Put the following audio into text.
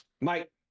Mike